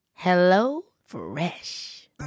HelloFresh